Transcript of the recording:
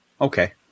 Okay